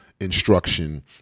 instruction